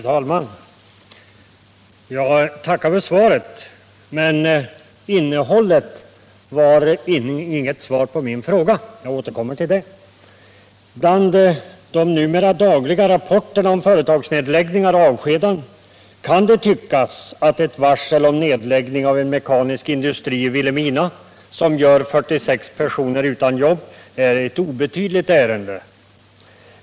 Herr talman! Jag tackar industriministern för svaret, men innehållet i detsamma utgjorde inget svar på min fråga. Jag återkommer till detta. Bland de numera dagliga rapporterna om företagsnedläggningar och avskedanden kan det tyckas att ett varsel om nedläggning av en mekanisk industri i Vilhelmina, som gör 46 personer utan jobb, är ett obetydligt ärende.